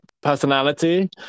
personality